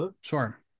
Sure